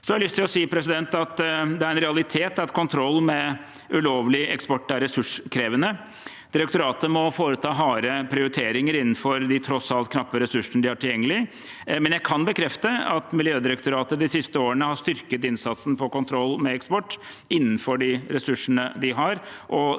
det er en realitet at kontroll med ulovlig eksport er ressurskrevende. Direktoratet må foreta harde prioriteringer innenfor de tross alt knappe ressursene de har tilgjengelig. Men jeg kan bekrefte at Miljødirektoratet de siste årene har styrket innsatsen på kontroll med eksport innenfor de ressursene de har,